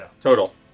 Total